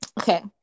Okay